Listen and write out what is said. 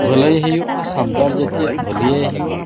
ᱵᱷᱟᱹᱞᱟᱹᱭ ᱦᱩᱭᱩᱜᱼᱟ ᱥᱟᱱᱛᱟᱲ ᱡᱟᱹᱛᱤᱭᱟᱜ ᱵᱷᱟᱹᱞᱟᱭᱹᱭ ᱦᱩᱭᱩᱜᱼᱟ